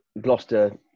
Gloucester